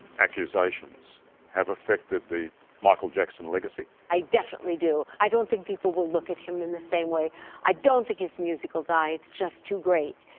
accusations have affected the michael jackson legacy. i definitely do i don't think people will look at him in the same way i don't think his music will die. it's just too great.